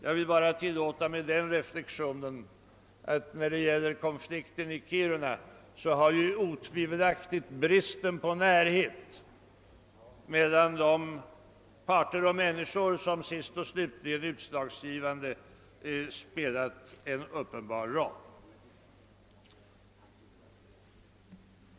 Jag vill bara tillåta mig den reflexionen, att när det gäller konflikten i Kiruna, så har utan tvivel bristen på närhet mellan de parter och människor som sist och slutligen är utslagsgivande spelat en uppenbar roll.